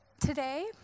today